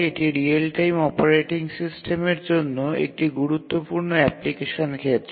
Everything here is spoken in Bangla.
এটি রিয়েল টাইম অপারেটিং সিস্টেমের জন্য একটি গুরুত্বপূর্ণ অ্যাপ্লিকেশন ক্ষেত্র